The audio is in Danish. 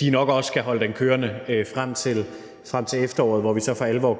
de nok også skal holde den kørende frem til efteråret, hvor vi så for alvor